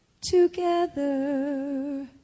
together